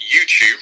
YouTube